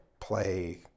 play